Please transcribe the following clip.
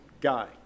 guy